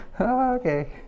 Okay